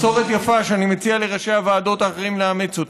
מסורת יפה שאני מציע לראשי הוועדות האחרים לאמץ אותה.